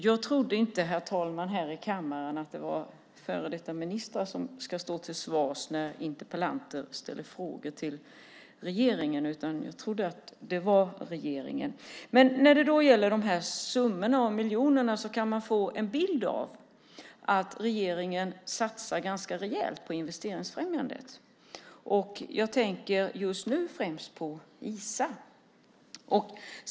Jag trodde inte, herr talman, att det här i kammaren var före detta ministrar som ska stå till svars när interpellanter ställer frågor till regeringen, utan jag trodde att det var regeringen. När det gäller de här miljonsummorna kan man få en bild av att regeringen satsar ganska rejält på investeringsfrämjandet. Jag tänker just nu främst på Isa.